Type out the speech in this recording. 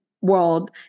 world